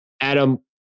Adam